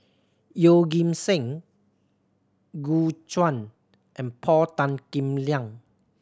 Yeoh Ghim Seng Gu Juan and Paul Tan Kim Liang